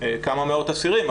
כמה מאות אסירים,